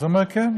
הוא אמר: כן,